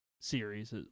series